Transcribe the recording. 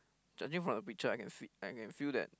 judging from the picture I can see I can feel that